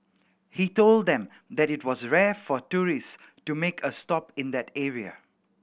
he told them that it was rare for tourists to make a stop in that area